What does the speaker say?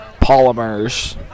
Polymers